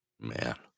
man